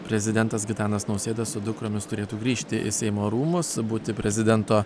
prezidentas gitanas nausėda su dukromis turėtų grįžti į seimo rūmus būti prezidento